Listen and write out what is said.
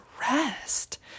rest